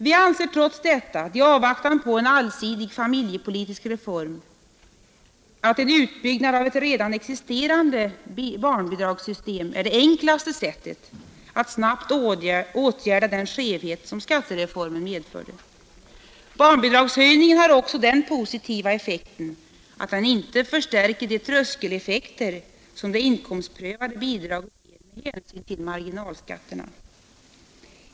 Vi anser trots detta i avvaktan på en allsidig familjepolitisk reform att en utbyggnad av ett redan existerande barnbidragssystem är det enklaste sättet att snabbt åtgärda den skevhet som skattereformen medförde. Barnbidragshöjningen har också den positiva effekten att den inte förstärker de tröskeleffekter som det inkomstprövade bidraget ger med hänsyn till marginalskatterna.